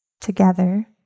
together